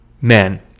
men